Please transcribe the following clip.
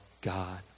God